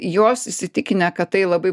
jos įsitikinę kad tai labai